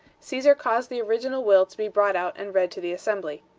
caesar caused the original will to be brought out and read to the assembly.